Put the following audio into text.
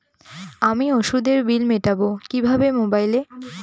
আমি ওষুধের বিল মেটাব কিভাবে মোবাইলে?